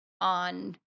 on